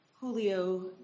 Julio